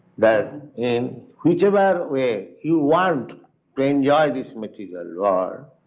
that in whichever way you want to enjoy this material ah